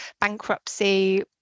bankruptcy